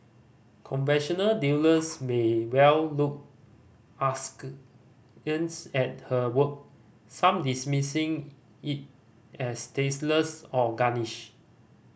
conventional dealers may well look askance at her work some dismissing it as tasteless or garish